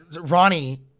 Ronnie